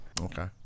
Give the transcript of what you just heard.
Okay